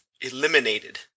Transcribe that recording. eliminated